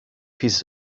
his